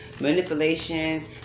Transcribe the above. manipulation